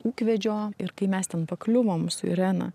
ūkvedžio ir kai mes ten pakliuvom su irena